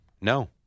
No